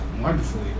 wonderfully